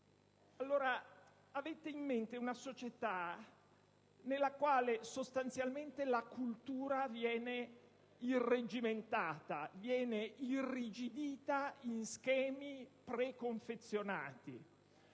Avete in mente una società nella quale, sostanzialmente, la cultura viene irreggimentata, viene irrigidita in schemi preconfezionati.